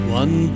one